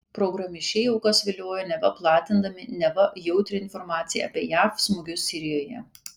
programišiai aukas viliojo neva platindami neva jautrią informaciją apie jav smūgius sirijoje